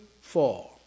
fall